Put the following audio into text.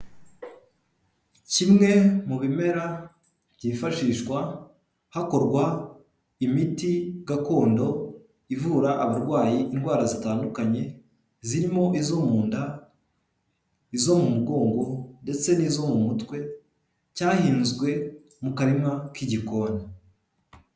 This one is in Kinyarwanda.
Kimwe mu bimera byifashishwa hakorwa imiti gakondo ivura abarwaye indwara zitandukanye, zirimo izo munda, izo mu mugongo ndetse n'izo mu mutwe cyahinzwe mu karima k'igikona.